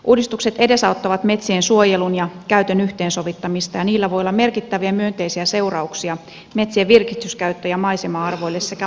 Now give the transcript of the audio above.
uudis tukset edesauttavat metsien suojelun ja käytön yhteensovittamista ja niillä voi olla merkittäviä myönteisiä seurauksia metsien virkistyskäyttö ja maisema arvoille sekä monimuotoisuudelle